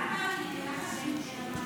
ניתן לך יותר זמן.